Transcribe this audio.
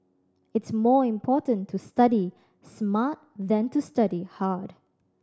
it's more important to study smart than to study hard